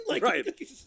Right